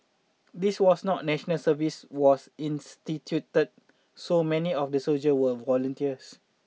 this was not national service was instituted so many of the soldier were volunteers